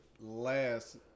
last